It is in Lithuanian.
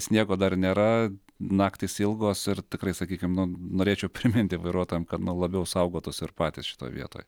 sniego dar nėra naktys ilgos ir tikrai sakykim nu norėčiau priminti vairuotojam kad nu labiau saugotųs ir patys šitoj vietoj